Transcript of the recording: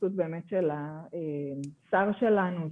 ההתייחסות של השר שלנו.